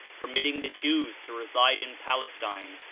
permitting the jews to reside in palestine,